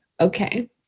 Okay